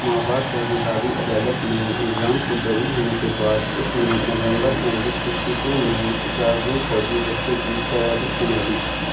مابعد تحقیقاتی عدالت میں الزام سے بری ہونے کے بعد اس نے نومبر نائینٹین سکسی ٹو میں چہارم فوجی دستے کی قیادت سنبھالی